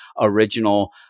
original